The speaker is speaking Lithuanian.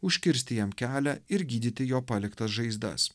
užkirsti jam kelią ir gydyti jo paliktas žaizdas